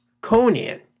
Conan